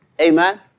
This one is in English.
Amen